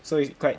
so is quite